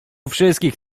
wszystkich